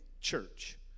church